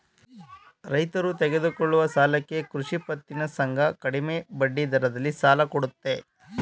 ರೈತರು ತೆಗೆದುಕೊಳ್ಳುವ ಸಾಲಕ್ಕೆ ಕೃಷಿ ಪತ್ತಿನ ಸಂಘ ಕಡಿಮೆ ಬಡ್ಡಿದರದಲ್ಲಿ ಸಾಲ ಕೊಡುತ್ತೆ